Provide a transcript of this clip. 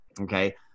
okay